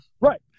Right